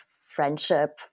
friendship